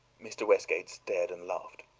mr. westgate stared and laughed.